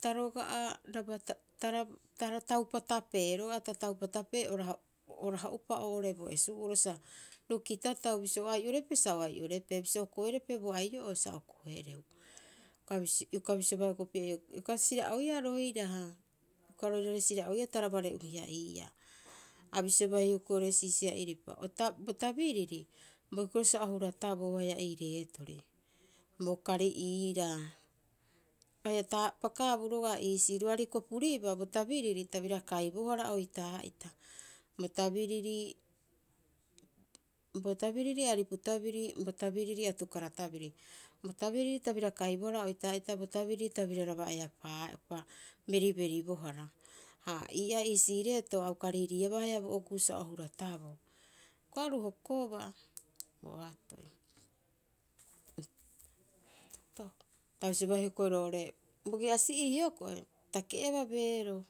ta roga'araba, taraba, ta taupatapee o recoup o raho'upa oo'ore bo esu'oro sa ro kitatau, bisio o ai'oprepee sa o ai'orepee, bisio o koerepe bo ai'o'oo sa o koereu. Ioka bisioba hiokoo'i opii'a iokaa, ioka sira'oiaa roiraha, ioka roirare sira'oiaa taraba ree'uhia iiaa. A bisiobaa hioko'i oo'ore siisia'iripa, Bo tabiriri, boikiro sa o hurataboo haia ii reetori. Bo kari iiraa, pakaabu roga'a iisii. Roari kopuriba bo tabiriri ta bira kaibohara oitaa'ita, bo tabiriri- aripu tabiri, bo tabiriri atukara tabiri bo tabiriri ta bira kaibohara oitaa'ita bo tabiriri ta biraraba eapaa'upa beriberibohara. Ha ii'aa iisii reeto, auka riiriiaba haia bo okuu sa o hurataboo. Hioko'i aru hokobaa boatoi. Ta bisiobaa hioko'i roo'ore, Bogi'asi'ii hioko'i ta ke'ebaa beeroo.